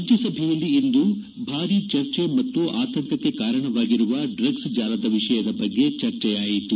ರಾಜ್ಲಸಭೆಯಲ್ಲಿ ಇಂದು ಭಾರೀ ಚರ್ಚೆ ಮತ್ತು ಆತಂಕಕ್ಕೆ ಕಾರಣವಾಗಿರುವ ಡ್ರಗ್ಲ್ ಜಾಲದ ವಿಷಯದ ಬಗ್ಗೆ ಚರ್ಚೆಯಾಯಿತು